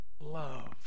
love